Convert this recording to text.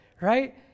right